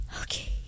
Okay